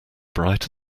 bright